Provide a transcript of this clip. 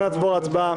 נעבור להצבעה.